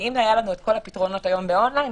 אם היו לנו את כל הפתרונות היום באונליין,